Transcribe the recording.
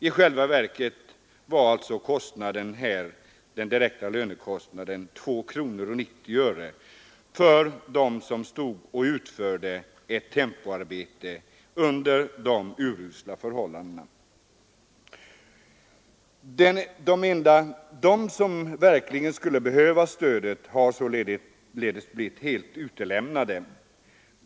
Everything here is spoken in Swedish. I själva verket var den direkta lönekostnaden 2:90 kronor för dem som utförde ett tempoarbete under usla förhållanden. De som verkligen skulle behöva stödet har sålunda blivit helt utelämnade.